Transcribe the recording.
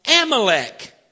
Amalek